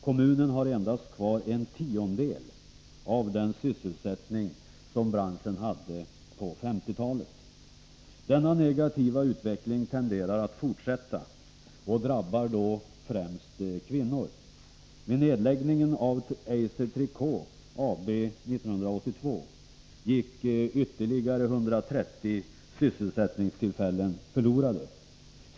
Kommunen har endast kvar en tiondel av den sysselsättning som branschen hade på 1950-talet. 79 Denna negativa utveckling tenderar att fortsätta och drabbar då främst kvinnor. Vid nedläggningen av Eiser Trikå AB 1982 gick ytterligare 130 sysselsättningstillfällen förlorade.